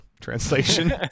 translation